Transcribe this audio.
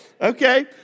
Okay